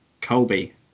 colby